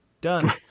Done